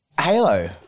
Halo